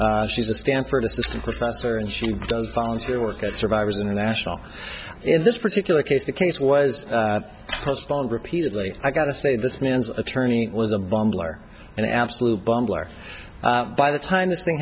she's a stanford assistant professor and she does volunteer work at survivors international in this particular case the case was postponed repeatedly i got to say this man's attorney was a bumbler an absolute bumbler by the time this thing